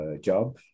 job